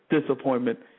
disappointment